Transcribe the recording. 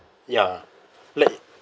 ya like